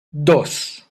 dos